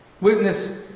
Witness